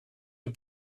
who